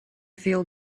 feel